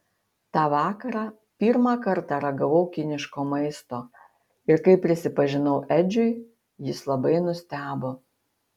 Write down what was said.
tą vakarą pirmą kartą ragavau kiniško maisto ir kai prisipažinau edžiui jis labai nustebo